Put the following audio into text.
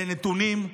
אלה נתונים,